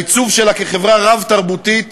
לעיצוב שלה כחברה רב-תרבותית,